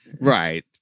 Right